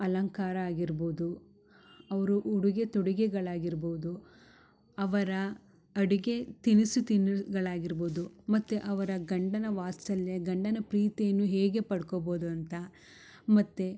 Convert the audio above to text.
ಅಲಂಕಾರ ಆಗಿರ್ಬೋದು ಅವರು ಉಡುಗೆ ತೊಡುಗೆಗಳಾಗಿರ್ಬೋದು ಅವರ ಅಡುಗೆ ತಿನಿಸು ತಿನುಗಳಾಗಿರ್ಬೋದು ಮತ್ತು ಅವರ ಗಂಡನ ವಾತ್ಸಲ್ಯ ಗಂಡನ ಪ್ರೀತಿ ಇನ್ನು ಹೇಗೆ ಪಡ್ಕೊಬೋದು ಅಂತ ಮತ್ತು